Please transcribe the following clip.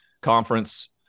conference